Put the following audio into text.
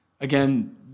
Again